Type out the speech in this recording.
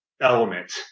element